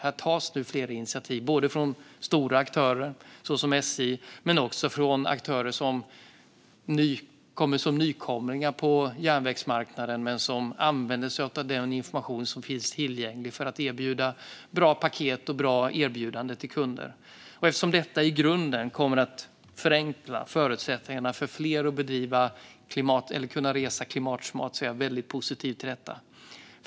Här tas nu flera initiativ både från stora aktörer såsom SJ och från aktörer som kommer som nykomlingar på järnvägsmarknaden men som använder sig av den information som finns tillgänglig för att erbjuda bra paket och bra erbjudanden till kunder. Eftersom detta i grunden kommer att förenkla förutsättningarna för fler att kunna resa klimatsmart är jag väldigt positiv till detta.